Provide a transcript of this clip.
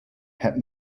had